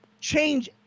change